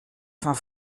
van